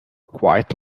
quite